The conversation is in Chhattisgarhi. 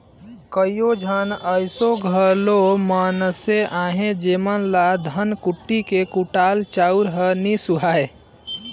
कइयो झन अइसे घलो मइनसे अहें जेमन ल धनकुट्टी में कुटाल चाँउर हर ही सुहाथे